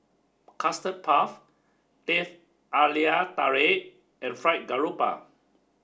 Custard Puff Teh Halia Tarik and Fried Garoupa